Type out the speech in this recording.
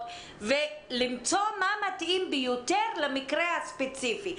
ולמצוא מה מתאים ביותר למקרה הספציפי.